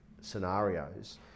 scenarios